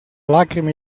lacrime